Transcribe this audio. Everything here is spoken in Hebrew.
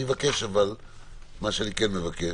מבקש,